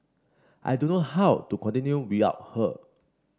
I don't know how to continue without her